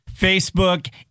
Facebook